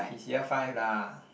he's year five lah